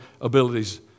abilities